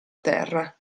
terra